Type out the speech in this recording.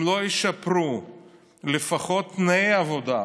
אם לא ישפרו לפחות את תנאי העבודה,